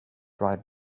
right